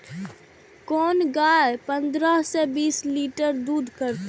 कोन गाय पंद्रह से बीस लीटर दूध करते?